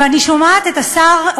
ואני שומעת את השר,